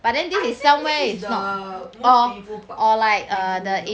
I think this is the most painful part painful you know